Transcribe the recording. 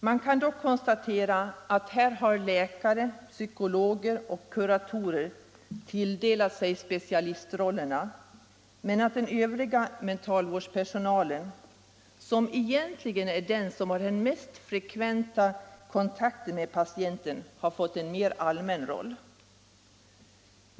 Det kan dock konstateras att här har läkare, psykologer och kuratorer tilldelat sig specialistrollerna, medan den övriga mentalvårdspersonalen, som egentligen är den som har den mest frekventa kontakten med patienten, har fått en mer allmän roll.